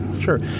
sure